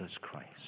Christ